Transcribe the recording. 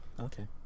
Okay